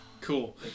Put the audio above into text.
Cool